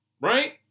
Right